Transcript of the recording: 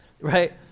right